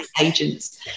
agents